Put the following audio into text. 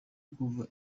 kuva